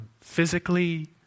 physically